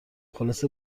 خلاصه